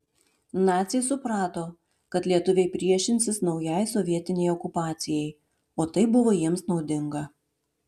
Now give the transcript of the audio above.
naciai suprato kad lietuviai priešinsis naujai sovietinei okupacijai o tai buvo jiems naudinga